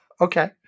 Okay